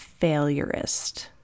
failureist